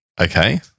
Okay